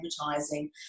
advertising